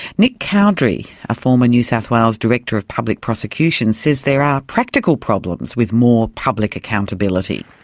nick cowdery, a former new south wales director of public prosecutions says there are practical problems with more public accountability.